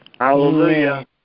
Hallelujah